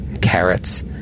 Carrots